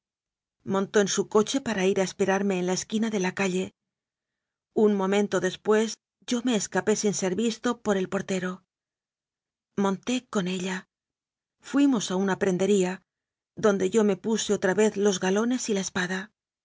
montó en su coche para ir a esperar me en la esquina de la calle un momento después yo me escapé sin ser visto por el portero monté con ella fuimos a una prendería donde yo me puse otra vez los galones y la espada